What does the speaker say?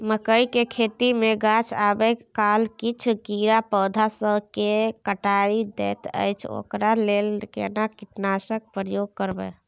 मकई के खेती मे गाछ आबै काल किछ कीरा पौधा स के काइट दैत अछि ओकरा लेल केना कीटनासक प्रयोग करब?